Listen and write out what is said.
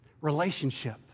relationship